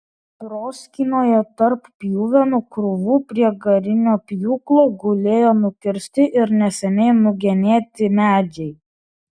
proskynoje tarp pjuvenų krūvų prie garinio pjūklo gulėjo nukirsti ir neseniai nugenėti medžiai